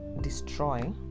destroy